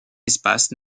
espace